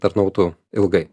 tarnautų ilgai